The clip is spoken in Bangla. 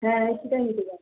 হ্যাঁ এসিটাই নিতে চাই